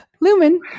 Lumen